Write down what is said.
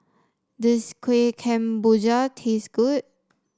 does Kueh Kemboja taste good